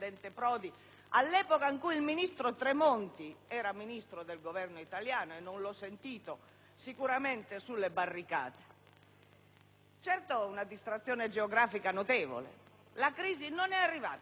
all'epoca in cui il ministro Tremonti era ministro del Governo italiano (che sicuramente non ho visto sulle barricate). Certo, una distrazione geografica notevole. Non solo la crisi non è arrivata dalla Cina,